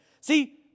See